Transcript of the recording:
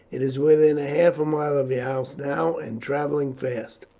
it is within half a mile of your house now, and travelling fast.